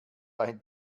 ein